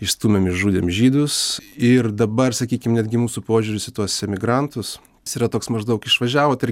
išstūmėm išžudėm žydus ir dabar sakykim netgi mūsų požiūris į tuos emigrantus jis yra toks maždaug išvažiavot ir